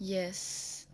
yes